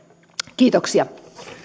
kiitoksia